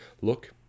look